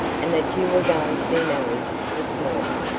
and that you were going to be married this morning.